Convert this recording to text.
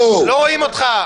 אתה לא יכול להצביע.